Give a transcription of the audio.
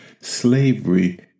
slavery